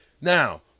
Now